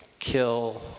kill